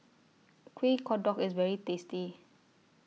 Kuih Kodok IS very tasty